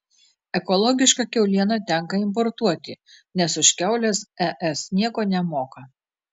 ekologišką kiaulieną tenka importuoti nes už kiaules es nieko nemoka